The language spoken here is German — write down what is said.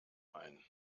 ein